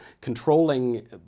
controlling